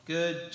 Good